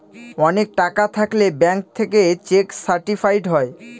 অনেক টাকা থাকলে ব্যাঙ্ক থেকে চেক সার্টিফাইড হয়